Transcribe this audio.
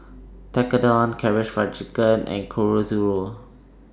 Tekkadon Karaage Fried Chicken and Chorizo